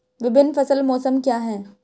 विभिन्न फसल मौसम क्या हैं?